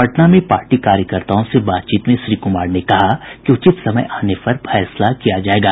पटना में पार्टी कार्यकर्ताओं से बातचीत में श्री कुमार ने कहा कि उचित समय आने पर फैसला किया जायेगा